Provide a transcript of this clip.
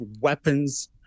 weapons